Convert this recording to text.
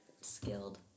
skilled